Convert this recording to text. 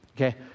Okay